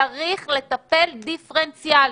צריך לטפל דיפרנציאלית.